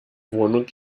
wohnung